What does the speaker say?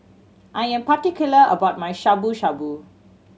I am particular about my Shabu Shabu